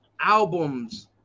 albums